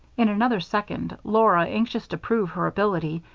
in another second, laura, anxious to prove her ability,